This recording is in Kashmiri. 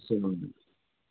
اَلسلام علیکُم